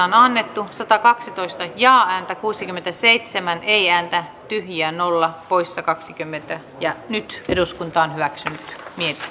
tehtiin seuraavat pääluokkaa koskevat hyväksytyn menettelytavan mukaisesti keskuskansliaan kirjallisina jätetyt edustajille monistettuina ja nyt eduskunta on hyväksynyt niin ne